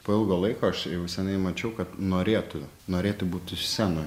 po ilgo laiko aš jau senai mačiau kad norėtų norėtų būti scenoj